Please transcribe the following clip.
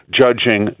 judging